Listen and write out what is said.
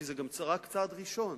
זה רק צעד ראשון.